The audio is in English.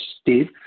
Steve